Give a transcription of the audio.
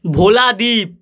ভোলা দীপ